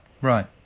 Right